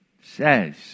says